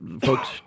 folks